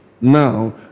now